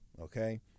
Okay